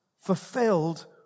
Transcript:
Fulfilled